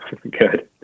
good